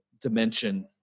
dimension